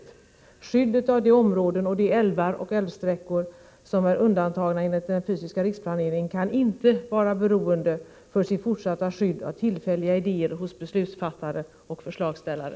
Det fortsatta skyddet av de områden och de älvar och älvsträckor som är undantagna enligt den fysiska riksplaneringen kan inte vara beroende av tillfälliga idéer hos beslutsfattare och förslagsställare.